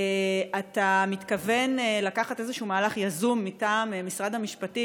אתה מתכוון לקחת איזשהו מהלך יזום מטעם משרד המשפטים,